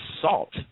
salt